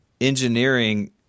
engineering